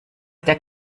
der